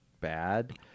bad